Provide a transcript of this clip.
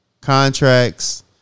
contracts